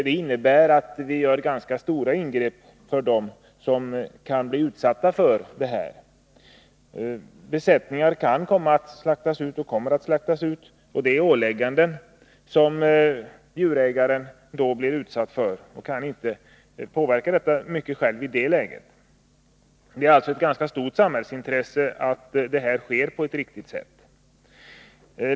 Det innebär att vi gör ganska stora ingrepp när det gäller dem som kan bli utsatta för smitta. Besättningar kan komma att slaktas ut, och djurägarna kan inte själva påverka de ålägganden de i sådana fall får. Det är ett ganska stort samhällsintresse att dessa frågor hanteras på ett riktigt sätt.